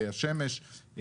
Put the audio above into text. השמש,